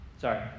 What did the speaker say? Sorry